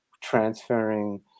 transferring